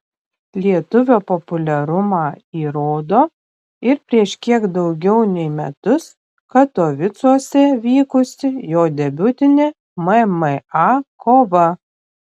lietuvio populiarumą įrodo ir prieš kiek daugiau nei metus katovicuose vykusi jo debiutinė mma kova